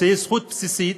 שהיא זכות בסיסית